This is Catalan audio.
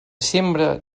sembra